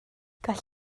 gall